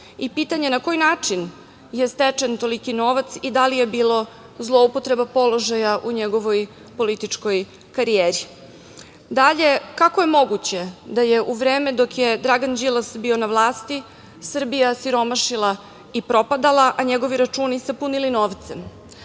i pitanje na koji način je stečen toliki novac i da li je bilo zloupotreba položaja u njegovoj političkoj karijeri. Dalje, kako je moguće da je u vreme dok je Dragan Đilas bio na vlasti Srbija siromašila i propadala, a njegovi računi se punili novcem?